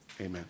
amen